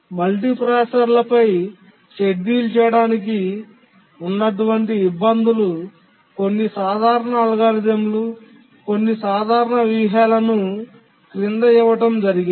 మల్టీప్రాసెసర్లపై schedule చేయడానికి ఉన్నటువంటి ఇబ్బందులు కొన్ని సాధారణ అల్గోరిథంలు కొన్ని సాధారణ వ్యూహాలను క్రింద ఇవ్వడం జరిగింది